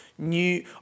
New